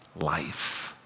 life